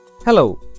Hello